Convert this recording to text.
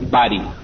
body